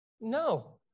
No